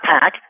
pack